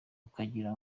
ukagira